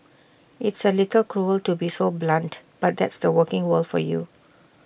it's A little cruel to be so blunt but that's the working world for you